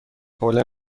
حوله